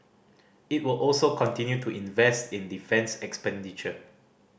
it will also continue to invest in defence expenditure